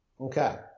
Okay